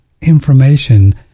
information